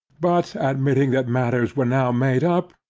but admitting that matters were now made up,